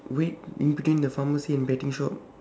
wait in between the pharmacy and betting shop